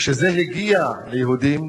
כשזה הגיע ליהודים,